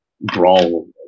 brawl